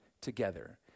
together